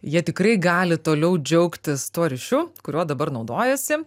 jie tikrai gali toliau džiaugtis tuo ryšiu kuriuo dabar naudojasi